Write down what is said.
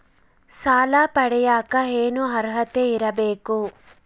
ಸಾಲ ಪಡಿಯಕ ಏನು ಅರ್ಹತೆ ಇರಬೇಕು?